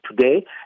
today